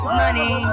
money